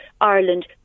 Ireland